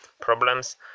problems